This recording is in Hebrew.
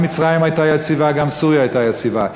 גם מצרים הייתה יציבה, גם סוריה הייתה יציבה.